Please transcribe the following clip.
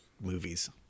movies